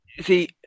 See